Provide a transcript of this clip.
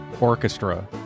Orchestra